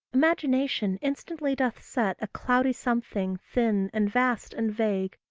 imagination instantly doth set a cloudy something, thin, and vast, and vague,